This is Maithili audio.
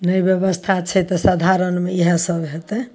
नहि ब्यवस्था छै तऽ सधारणमे इहए सब होयतै